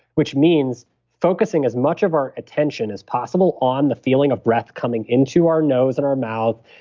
which means focusing as much of our attention as possible on the feeling of breath coming into our nose and our mouth,